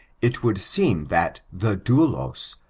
it would seem that the doulos,